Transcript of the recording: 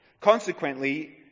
Consequently